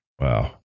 Wow